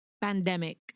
pandemic